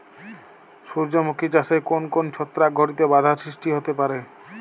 সূর্যমুখী চাষে কোন কোন ছত্রাক ঘটিত বাধা সৃষ্টি হতে পারে?